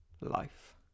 life